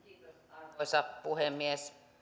arvoisa puhemies